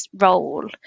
role